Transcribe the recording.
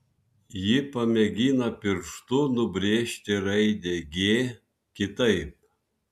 ji pamėgina pirštu nubrėžti raidę g kitaip